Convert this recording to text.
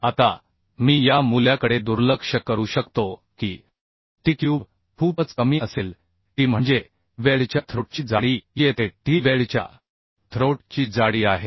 आता मी या मूल्याकडे दुर्लक्ष करू शकतो की tक्यूब खूपच कमी असेल t म्हणजे वेल्डच्या थ्रोटची जाडी येथे t ही वेल्डच्या थ्रोट ची जाडी आहे